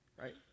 right